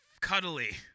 cuddly